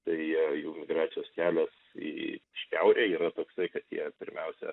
tai jie jų migracijos kelias į šiaurę yra toksai kad jie pirmiausia